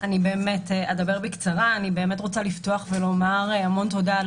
אני רוצה לפתוח ולומר המון תודה על